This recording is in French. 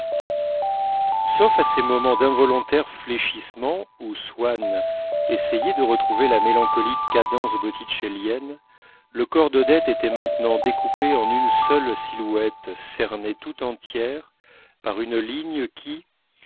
sauf à ces moments d'involontaire fléchissement où swann essayait de retrouver la mélancolique cadence botticellienne le corps d'odette était maintenant découpé en une seule silhouette cernée tout entière par une ligne qui